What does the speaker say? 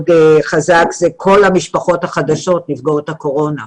חזק הוא כל המשפחות החדשות נפגעות הקורונה.